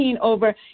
over